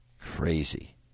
Crazy